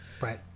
Right